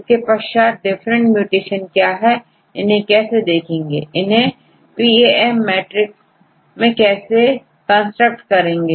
इसके पश्चात different mutation क्या है इन्हें कैसे देखेंगे इन्हेंPAMmatrix मैं कैसे कंस्ट्रक्ट करेंगे